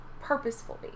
purposefully